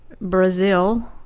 Brazil